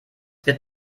wird